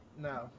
no